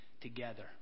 together